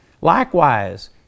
Likewise